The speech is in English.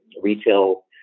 retail